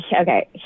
Okay